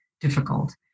difficult